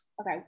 Okay